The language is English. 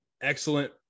excellent